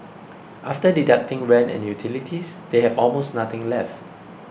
after deducting rent and utilities they have almost nothing left